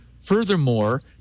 Furthermore